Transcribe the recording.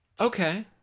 Okay